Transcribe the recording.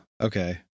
okay